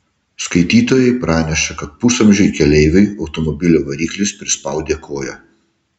skaitytojai praneša kad pusamžiui keleiviui automobilio variklis prispaudė koją